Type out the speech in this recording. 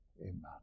amen